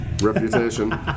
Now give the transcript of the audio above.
reputation